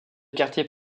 quartiers